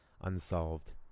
unsolved